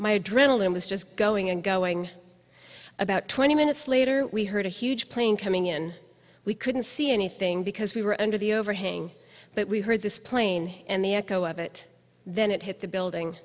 my adrenaline was just going and going about twenty minutes later we heard a huge plane coming in we couldn't see anything because we were under the overhang but we heard this plane and the echo of it then it hit the building